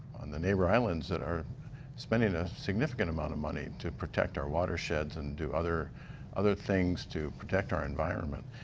on the neighbor islands that are spending ah significant amount of money to protect our watersheds and do other other things to protect our environment.